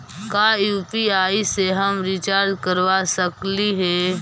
का यु.पी.आई से हम रिचार्ज करवा सकली हे?